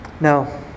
No